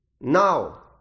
Now